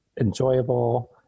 enjoyable